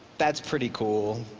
that's pretty cool.